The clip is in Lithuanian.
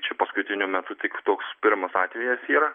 čia paskutiniu metu tik toks pirmas atvejis yra